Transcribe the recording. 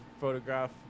photograph